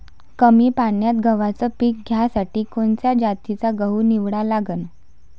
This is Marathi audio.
कमी पान्यात गव्हाचं पीक घ्यासाठी कोनच्या जातीचा गहू निवडा लागन?